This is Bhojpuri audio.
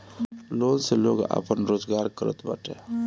लोन से लोग आपन रोजगार करत बाटे